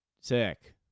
sick